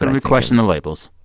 but we question the labels?